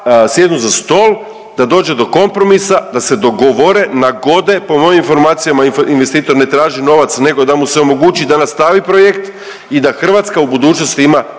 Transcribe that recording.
sjednu za stol, da dođe do kompromisa, da se dogovore, nagode, po mojim informacijama, investitor ne traži novac nego da mu se omogući da nastavi projekt i da Hrvatska u budućnosti ima